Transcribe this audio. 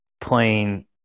playing